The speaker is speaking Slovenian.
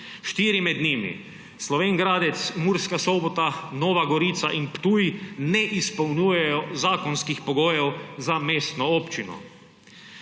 Štiri med njimi, Slovenj Gradec, Murska Sobota, Nova Gorica in Ptuj, ne izpolnjujejo zakonskih pogojev za mestno občino.